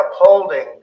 upholding